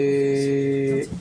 תודה.